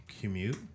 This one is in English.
commute